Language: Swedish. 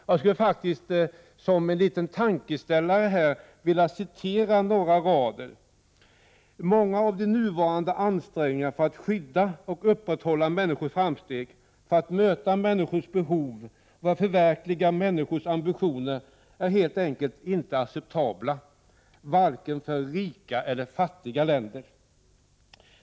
Jag vill faktiskt som en liten tankeställare citera några rader ur denna rapport: ”Många av de nuvarande ansträngningarna för att skydda och upprätthålla människors framsteg, för att möta människors behov och för att förverkliga människors ambitioner är helt enkelt inte acceptabla — varken i rika eller fattiga länder.